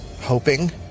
hoping